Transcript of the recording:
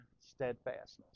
steadfastness